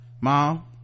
mom